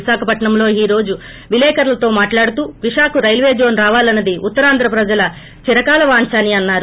విశాఖపట్న ంలో ఈ రోజు విలేకర్ణతో మాట్లాడుతూ విశాఖకు రైల్వే జోస్ రావాలన్న ది ఉత్తరాంధ్ర ప్రజల చిరకాల వాంఛ అని అన్నారు